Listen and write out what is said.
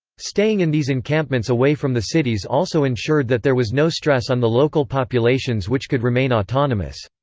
staying in these encampments away from the cities also ensured that there was no stress on the local populations which could remain autonomous.